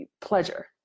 pleasure